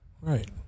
Right